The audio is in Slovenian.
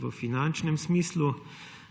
v finančnem smislu.